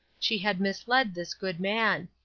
she had misled this good man.